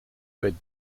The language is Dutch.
weet